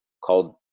called